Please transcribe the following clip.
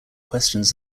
questions